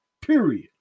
period